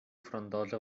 frondosa